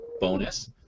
bonus